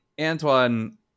Antoine